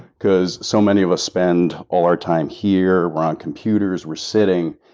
because so many of us spend all our time here, we're on computers, we're sitting,